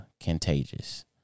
contagious